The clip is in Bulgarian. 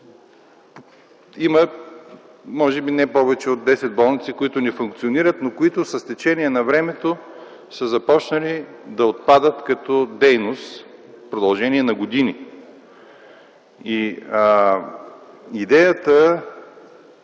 Може би има не повече от десет болници, които не функционират, но които с течение на времето са започнали да отпадат като дейност в продължение на години. Идеята